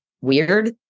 weird